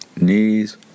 Knees